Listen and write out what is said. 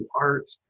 art